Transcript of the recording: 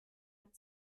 hat